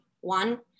One